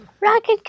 Rocket